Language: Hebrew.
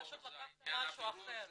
לא, אתה פשוט לקחת משהו אחר.